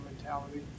mentality